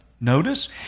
notice